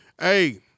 hey